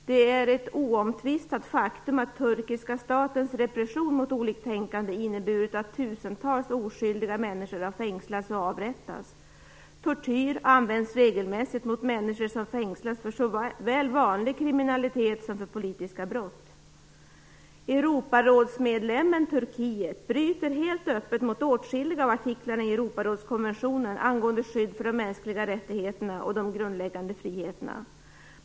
Det är ett oomtvistat faktum att den turkiska statens repression mot oliktänkande inneburit att tusentals oskyldiga människor har fängslats och avrättats. Tortyr används regelmässigt mot människor som fängslas för såväl vanlig kriminalitet som politiska brott. Europarådsmedlemmen Turkiet bryter helt öppet mot åtskilliga av artiklarna i Europarådskonventionen angående skydd för de mänskliga rättigheterna och de grundläggande friheterna.